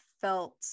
felt